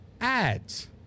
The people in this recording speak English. ads